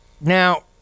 Now